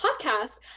podcast